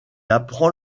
apprend